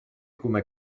come